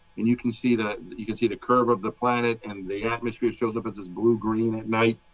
and you can see that you can see the curve of the planet. and the atmosphere shows up in this blue green at night.